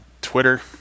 Twitter